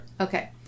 Okay